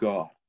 God